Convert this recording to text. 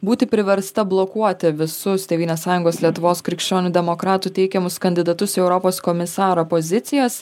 būti priversta blokuoti visus tėvynės sąjungos lietuvos krikščionių demokratų teikiamus kandidatus į europos komisaro pozicijas